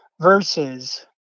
versus